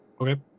Okay